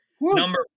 number